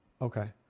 Okay